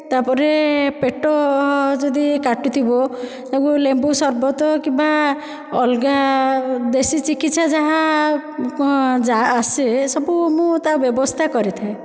ତା'ପରେ ପେଟ ଯଦି କାଟୁଥିବ ତାକୁ ଲେମ୍ବୁ ସର୍ବତ କିମ୍ବା ଅଲଗା ଦେଶୀ ଚିକିତ୍ସା ଯାହା ଆସେ ସବୁ ମୁଁ ତା' ବ୍ୟବସ୍ଥା କରିଥାଏ